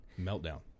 Meltdown